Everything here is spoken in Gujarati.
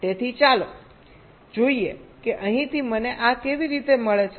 તેથી ચાલો જોઈએ કે અહીંથી મને આ કેવી રીતે મળે છે